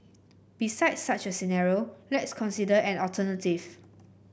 besides such a scenario let's consider an alternative